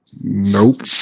Nope